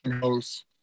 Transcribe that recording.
house